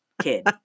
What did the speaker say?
kid